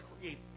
create